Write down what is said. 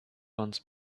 once